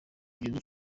gihugu